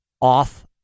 off